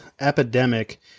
epidemic